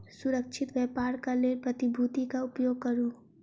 सुरक्षित व्यापारक लेल प्रतिभूतिक उपयोग करू